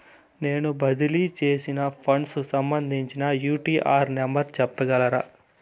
నేను బదిలీ సేసిన ఫండ్స్ సంబంధించిన యూ.టీ.ఆర్ నెంబర్ సెప్పగలరా